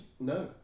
no